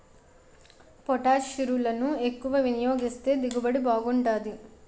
పొటాషిరులను ఎక్కువ వినియోగిస్తే దిగుబడి బాగుంటాది